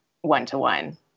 one-to-one